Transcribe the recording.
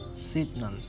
signal